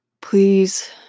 please